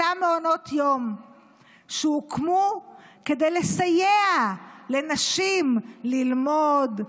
אותם מעונות יום שהוקמו כדי לסייע לנשים ללמוד,